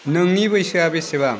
नोंनि बैसोआ बेसेबां